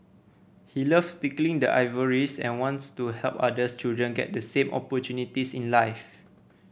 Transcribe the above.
he loves tinkling the ivories and wants to help others children get the same opportunities in life